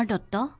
um da da